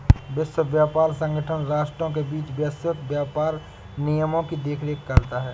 विश्व व्यापार संगठन राष्ट्रों के बीच वैश्विक व्यापार नियमों की देखरेख करता है